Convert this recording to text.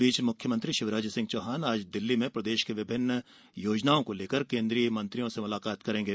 इस बीच मुख्यमंत्री शिवराज सिंह चौहान आज दिल्ली में प्रदेश की विभिन्न योजनाओं को लेकर केन्द्रीय मंत्रियों से मुलाकात करेंगे